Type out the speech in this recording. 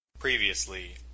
Previously